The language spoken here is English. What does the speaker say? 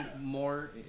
more